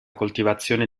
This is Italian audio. coltivazione